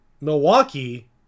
Milwaukee